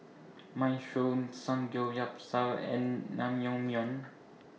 Minestrone Samgeyopsal and Naengmyeon